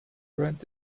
rent